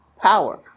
power